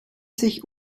sich